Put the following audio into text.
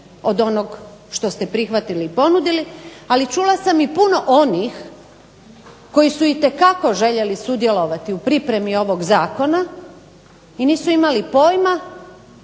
od onog što ste prihvatili i ponudili, ali čula sam i puno onih koji su itekako željeli sudjelovati u pripremi ovog zakona i nisu imali pojma